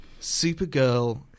Supergirl